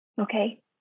Okay